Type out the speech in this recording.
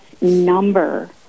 number